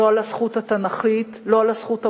לא על הזכות התנ"כית, לא על הזכות המוסרית,